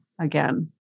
again